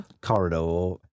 corridor